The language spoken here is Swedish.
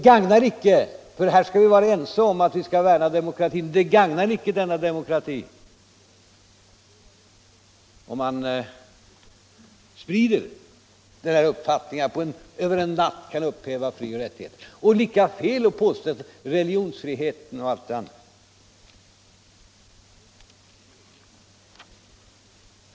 Här skall vi vara ense om att värna demokratin, och det gagnar icke den demokratin att sprida uppfattningen att riksdagen över en natt kan upphäva frioch rättigheterna. Och lika fel är det att påstå att så kan ske med religionsfriheten och alla andra frioch rättigheter.